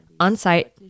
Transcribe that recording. On-site